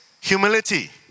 humility